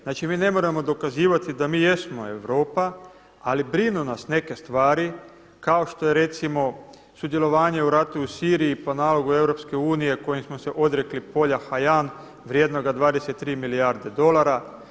Znači mi ne moramo dokazivati da mi jesmo Europa, ali brinu nas neke stvari kao što je recimo sudjelovanje u ratu u Siriji po nalogu EU kojim smo se odrekli polja Hajan vrijednoga 23 milijarde dolara.